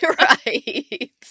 Right